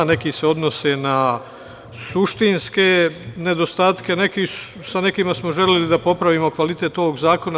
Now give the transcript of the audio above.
Neki se odnose na suštinske nedostatke, a sa nekima smo želeli da popravimo kvalitet ovog zakona.